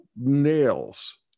nails